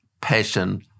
passion